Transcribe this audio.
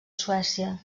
suècia